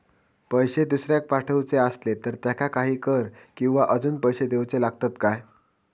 पैशे दुसऱ्याक पाठवूचे आसले तर त्याका काही कर किवा अजून पैशे देऊचे लागतत काय?